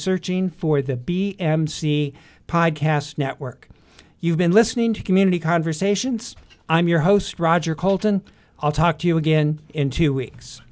searching for the b m c podcast network you've been listening to community conversations i'm your host roger coulton i'll talk to you again in two weeks